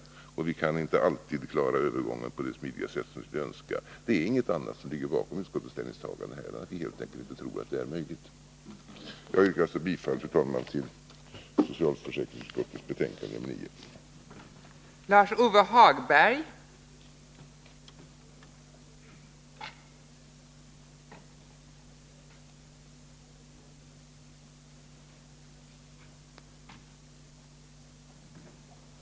Vi kan inte alltid klara övergången på det smidiga sätt som vi skulle önska. Det är inget annat som ligger bakom utskottets ställningstagande än att vi i utskottet helt enkelt inte tror att det är möjligt att handla på annat sätt. Jag yrkar, fru talman, bifall till socialförsäkringsutskottets hemställan i dess betänkande nr 9.